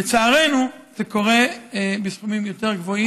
לצערנו, זה קורה בסכומים יותר גבוהים.